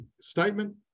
statement